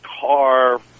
car